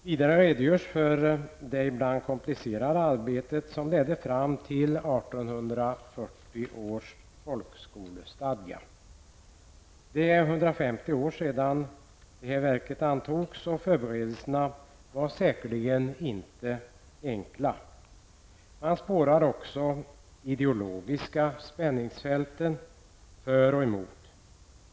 Vidare redogörs för det ibland komplicerade arbetet, som ledde fram till 1840 års folkskolestadga. Det var 150 år sedan detta verk antogs, och förberedelserna var säkerligen inte enkla. Man spårar också de ideologiska spänningsfälten för och emot.